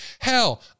Hell